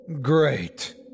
Great